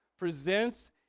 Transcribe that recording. presents